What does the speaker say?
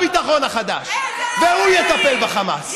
והוא יטפל בחמאס.